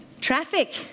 Traffic